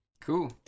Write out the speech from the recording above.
Cool